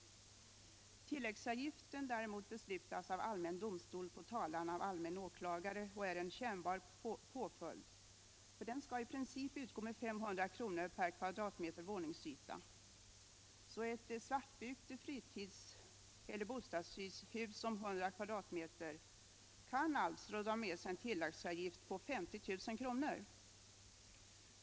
Tilläggsavgiften däremot beslutas av allmän domstol på talan av allmän åklagare och är en mer kännbar påföljd — den skall I princip utgå med 500 kr. per kvadratmeter våningsyta. Ett svartbyggt fritids eller bostadshus om 100 kvadratmeter kan alltså dra med sig en tilläggsavgift på 50 000 kr.